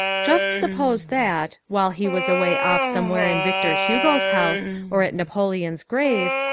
just suppose that, while he was away off somewhere in victor hugo's house or at napoleon's grave,